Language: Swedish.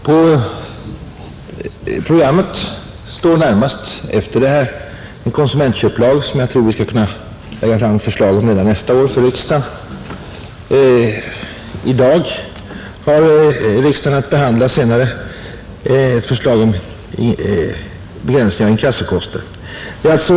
På programmet står närmast efter det här en konsumentköpslag som jag tror vi skall kunna lägga förslag om till riksdagen redan nästa år, I dag har riksdagen att behandla ett förslag om begränsning av inkassokostnader som också hör hemma i detta sammanhang.